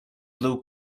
blue